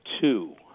two